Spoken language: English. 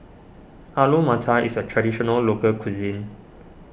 Alu Matar is a Traditional Local Cuisine